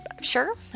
sure